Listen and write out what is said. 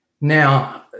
Now